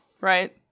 right